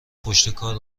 پشتکار